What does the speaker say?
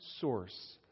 source